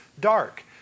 dark